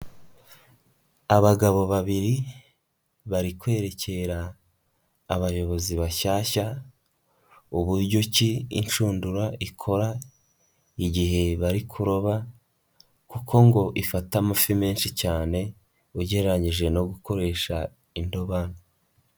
Abagabo babiri bari kwerekera abayobozi bashyashya uburyo ki inshundura ikora igihe bari kuroba kuko ngo ifata amafi menshi cyane ugereranyije no gukoresha indobani.